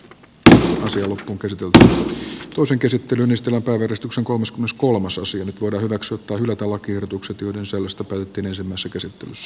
qpr on kyse tuntua toisen käsittelyn esteluokan edustuksen kolmas myös kolmas osin vuoden hylätä lakiehdotukset joiden sisällöstä päätettiin ensimmäisessä käsittelyssä